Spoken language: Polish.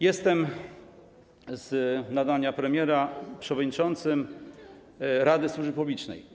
Jestem z nadania premiera przewodniczącym Rady Służby Publicznej.